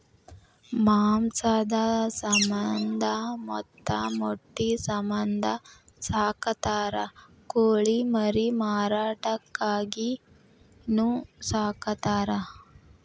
ಮಾಂಸದ ಸಮಂದ ಮತ್ತ ಮೊಟ್ಟಿ ಸಮಂದ ಸಾಕತಾರ ಕೋಳಿ ಮರಿ ಮಾರಾಟಕ್ಕಾಗಿನು ಸಾಕತಾರ